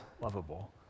lovable